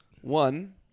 One